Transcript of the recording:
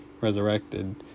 resurrected